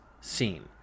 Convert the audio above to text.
Scene